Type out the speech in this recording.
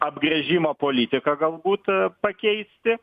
apgręžimo politiką galbūt pakeisti